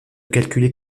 calculer